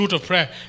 prayer